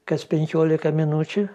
kas penkiolika minučių